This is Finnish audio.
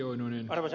kannatan ed